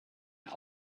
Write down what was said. der